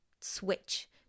switch